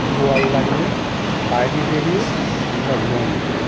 জোয়ার লাগলে বাইরে বেরিয়ে আমরা দোন দিই